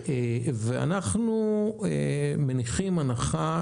אנחנו מניחים הנחה,